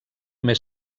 més